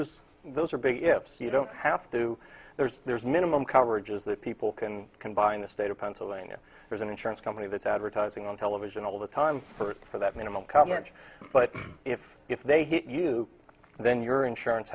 is those are big ifs you don't have to there's there's minimum coverage is that people can combine the state of pennsylvania there's an insurance company that's advertising on television all the time first for that minimal comment but if if they hit you then your insurance